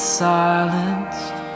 silenced